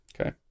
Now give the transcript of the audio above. Okay